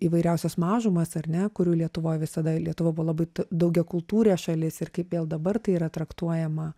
įvairiausias mažumas ar ne kurių lietuvoj visada lietuva buvo labai daugiakultūrė šalis ir kaip vėl dabar tai yra traktuojama